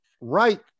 right